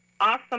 awesome